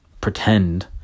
pretend